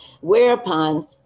whereupon